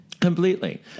Completely